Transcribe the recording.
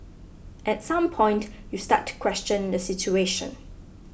at some point you start to question the situation